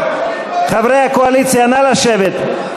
חברי הקואליציה, נא לשבת.